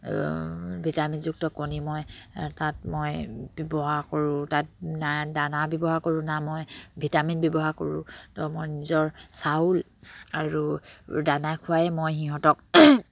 ভিটামিনযুক্ত কণী মই তাত মই ব্যৱহাৰ কৰোঁ তাত দানা ব্যৱহাৰ কৰোঁ না মই ভিটামিন ব্যৱহাৰ কৰোঁ তো মই নিজৰ চাউল আৰু দানা খোৱাৱেই মই সিহঁতক